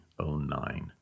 2009